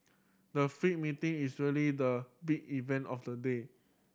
the Feed meeting is really the big event of the day